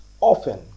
often